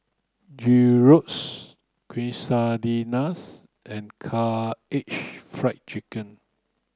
Gyros Quesadillas and Karaage Fried Chicken